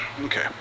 Okay